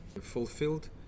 fulfilled